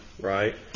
Right